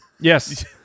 Yes